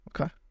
Okay